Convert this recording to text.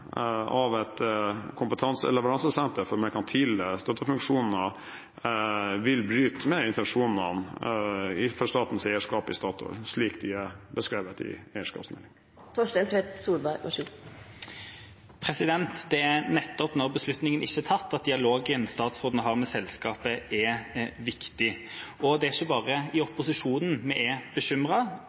av et leveransesenter for merkantile støttefunksjoner vil bryte med intensjonene for statens eierskap i Statoil, slik de er beskrevet i eierskapsmeldingen. Det er nettopp når beslutningen ikke er tatt, at dialogen statsråden har med selskapet, er viktig. Det er ikke bare i opposisjonen vi er